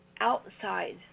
outside